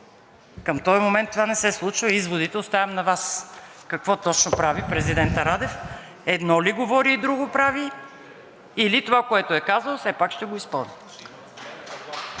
Към този момент това не се случва, а изводите оставям на Вас, какво точно прави президентът Радев, едно ли говори и друго прави, или това, което е казал, все пак ще го изпълни.